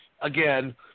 again